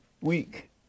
week